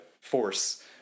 force